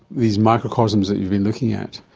these microcosms that you've been looking at,